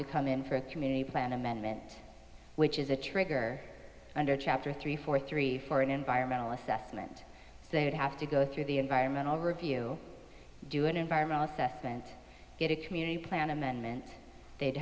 to come in for a community plan amendment which is a trigger under chapter three for three for an environmental assessment they would have to go through the environmental review do an environmental assessment get a community plan amendment they'd